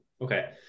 okay